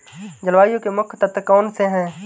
जलवायु के मुख्य तत्व कौनसे हैं?